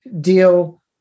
deal